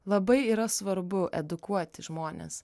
labai yra svarbu edukuoti žmones